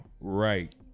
right